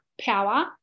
power